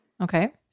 Okay